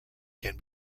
can